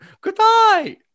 goodbye